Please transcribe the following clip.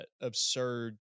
absurd